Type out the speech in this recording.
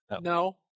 No